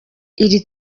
iri